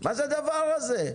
מה זה הדבר הזה?